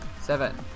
Seven